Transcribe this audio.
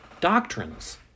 doctrines